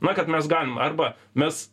na kad mes galim arba mes